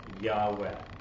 Yahweh